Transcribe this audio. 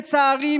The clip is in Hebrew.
לצערי,